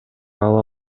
ала